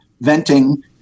venting